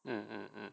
mm